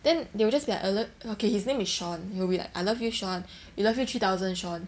then they will just be like I lov~ okay his name is sean they'll be like I love you sean we love you three thousand sean